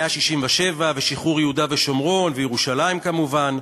היה 1967 ושחרור יהודה ושומרון, וירושלים כמובן.